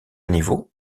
niveau